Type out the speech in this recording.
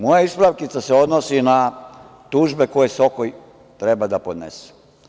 Moja ispravka se odnosi na tužbe koje SOKOJ treba da podnese.